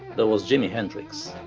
there was jimi hendrix.